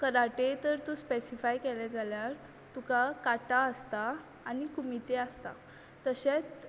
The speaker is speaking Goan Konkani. कराटे तर तूं स्पेसीफाय केलें जाल्यार तुका काटा आसता आनी कुमीते आसता तशेंत